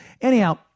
Anyhow